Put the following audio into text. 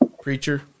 Preacher